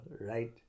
right